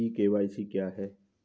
ई KYC क्या है?